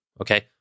okay